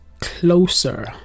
closer